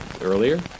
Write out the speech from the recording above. earlier